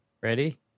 Ready